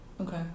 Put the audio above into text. Okay